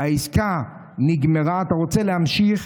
העסקה נגמרה, אתה רוצה להמשיך?